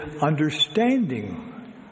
understanding